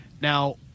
Now